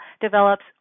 develops